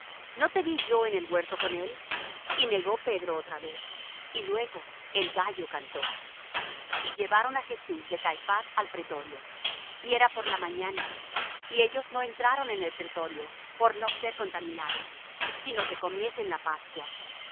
no te vi yo en el huerto con él y negó pedro otra vez y luego el gallo cantó y llevaron á jesús de caifás al pretorio y era por la mañana y ellos no entraron en el pretorio por no ser contaminados sino que comiesen la pascua